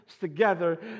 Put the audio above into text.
together